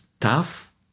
tough